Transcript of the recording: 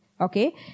okay